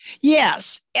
Yes